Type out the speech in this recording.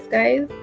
guys